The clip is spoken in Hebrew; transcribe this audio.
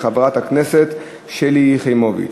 של חברת הכנסת שלי יחימוביץ.